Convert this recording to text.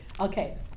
Okay